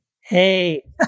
Hey